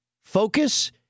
focus